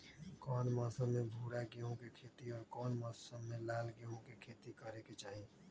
कौन मौसम में भूरा गेहूं के खेती और कौन मौसम मे लाल गेंहू के खेती करे के चाहि?